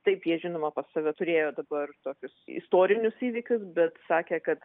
taip tie žinoma pas save turėjo dabar tokius istorinius įvykius bet sakė kad